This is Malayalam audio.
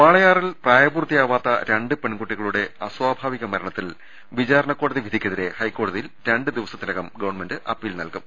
വാളയാറിൽ പ്രായപൂർത്തിയാവാത്ത രണ്ട് പെൺകുട്ടികളുടെ അസ്വാഭാവിക മരണത്തിൽ വിചാരണ കോടതി വിധിക്കെതിരെ ഹൈക്കോടതിയിൽ രണ്ട് ദിവസത്തിനകം ഗവൺമെന്റ് അപ്പീൽ നൽകും